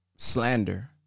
slander